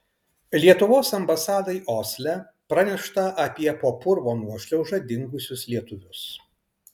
lietuvos ambasadai osle pranešta apie po purvo nuošliauža dingusius lietuvius